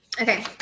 Okay